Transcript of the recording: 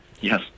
Yes